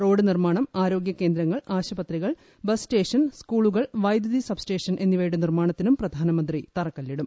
road നിർമ്മാണം ആരോഗ്യ കേന്ദ്രങ്ങൾ ആശുപത്രികൾ ബസ്സ് സ്റ്റേഷൻ സ്കൂളുകൾ വൈദ്യുത്പി സ്സബ്സ്റ്റേഷൻ എന്നിവയുടെ നിർമ്മാണത്തിനും പ്രധാനമന്ത്രി തൃറക്കല്ലിടും